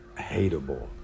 hateable